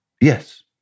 yes